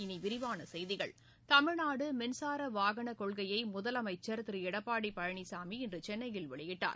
இனி விரிவான செய்திகள் தமிழ்நாடு மின்சார வாகனக் கொள்கையை முதலமைச்சா் திரு எடப்பாடி பழனிசாமி இன்று சென்னையில் வெளியிட்டார்